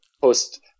Post